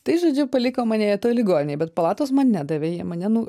tai žodžiu paliko mane jie toj ligoninėj bet palatos man nedavė jie mane nu